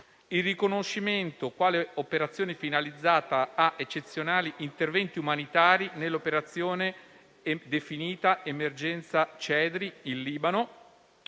il riconoscimento, quale operazione finalizzata a eccezionali interventi umanitari, dell'operazione definita Emergenza cedri in Libano;